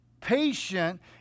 patient